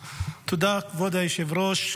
תודה, כבוד היושב-ראש.